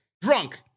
drunk